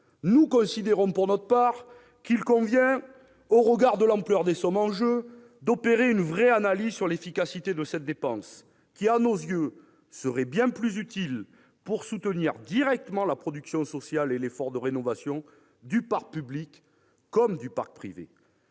Nous considérons, pour notre part, qu'il convient, au regard de l'ampleur des sommes en jeu, d'opérer une véritable analyse sur l'efficacité de cette dépense, laquelle serait bien plus utile pour soutenir directement la production sociale et l'effort de rénovation du parc public comme du parc privé.